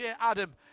Adam